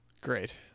Great